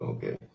Okay